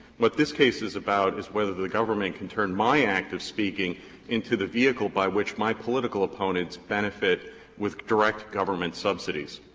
what this case is about is whether the government can turn my act of speaking into the vehicle by which my political opponents benefit with direct government subsidies.